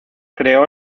creó